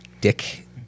dick